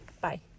Bye